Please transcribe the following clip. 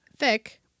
Thick